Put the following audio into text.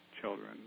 children